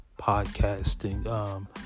podcasting